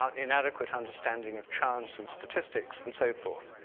um inadequate understanding of chance and statistics and so forth.